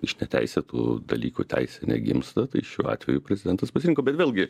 iš neteisėtų dalykų teisė negimsta tai šiuo atveju prezidentas pasirinko bet vėlgi